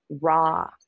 raw